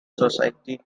society